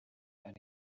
and